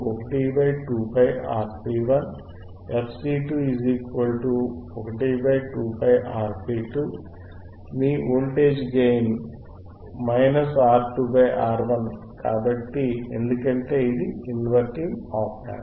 మీ voltage gain R2 R1 కాబట్టి ఎందుకంటే ఇది ఇన్వర్టింగ్ ఆప్ యాంప్